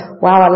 wow